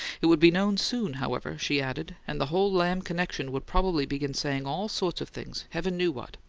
it would be known soon, however, she added and the whole lamb connection would probably begin saying all sorts of things, heaven knew what!